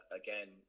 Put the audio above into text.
again